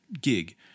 gig